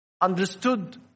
Understood